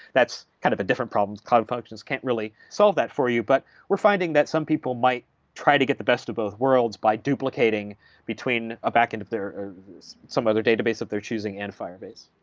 that's kind of a different problem. cloud functions can't really solve that for you, but we're finding that some people might try to get the best of both worlds by duplicating between a backend of their or some other database of their choosing and firebase.